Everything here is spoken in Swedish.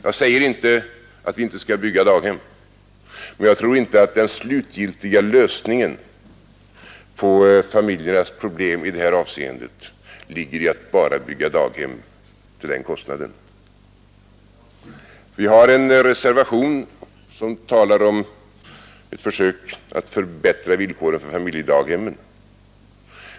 Jag säger inte att vi inte skall bygga daghem, men jag tror inte att den slutgiltiga lösningen på familjernas problem i detta avseende ligger i att bara bygga daghem till den kostnaden. Vi har en reservation som talar om ett försök att förbättra villkoren för familjedaghemmen.